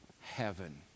heaven